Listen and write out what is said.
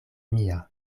mia